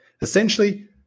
essentially